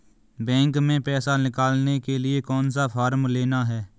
Bank में पैसा निकालने के लिए कौन सा फॉर्म लेना है?